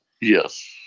Yes